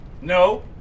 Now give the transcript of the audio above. No